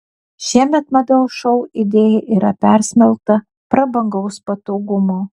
šiemet mados šou idėja yra persmelkta prabangaus patogumo